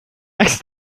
läks